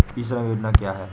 ई श्रम योजना क्या है?